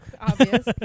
obvious